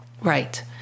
Right